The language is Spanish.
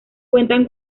cuenta